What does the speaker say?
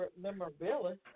memorabilia